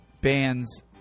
bands